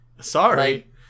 sorry